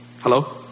Hello